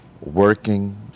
working